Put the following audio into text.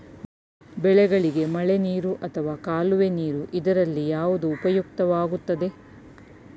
ಬೆಳೆಗಳಿಗೆ ಮಳೆನೀರು ಅಥವಾ ಕಾಲುವೆ ನೀರು ಇದರಲ್ಲಿ ಯಾವುದು ಉಪಯುಕ್ತವಾಗುತ್ತದೆ?